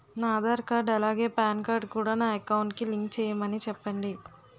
నా ఆధార్ కార్డ్ అలాగే PAN card కూడా నా అకౌంట్ కి లింక్ చేయమని చెప్పండి